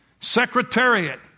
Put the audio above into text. Secretariat